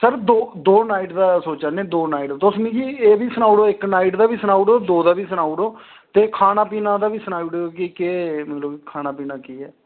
sir दो दो night दा सोना ने दो नाइट दा तुस मिगी एह् बी सनाई ओड़ो इक नाइट दा बी सनाई ओड़ो दो दा बी सनाई ओड़ो ते खाना पीने दा बी सनाई ओड़ेओ कि केह् मतलब कि खाना पीना केह ऐ